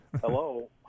Hello